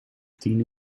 tien